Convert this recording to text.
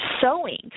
sewing